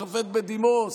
השופט בדימוס,